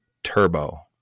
turbo